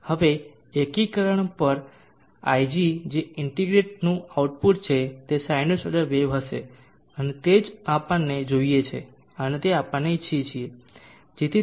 હવે એકીકરણ પર ig જે ઇન્ટિગ્રેટરનું આઉટપુટ છે તે સાઈનુસોઇડિયલ વેવ હશે અને તે જ આપણને જોઈએ છે અને તે આપણે ઇચ્છીએ છીએ